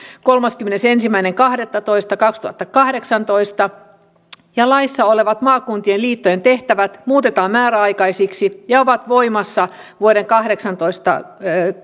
kolmaskymmenesensimmäinen kahdettatoista kaksituhattakahdeksantoista ja laissa olevat maakuntien liittojen tehtävät muutetaan määräaikaisiksi ja ne ovat voimassa vuoden kahdeksantoista